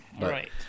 Right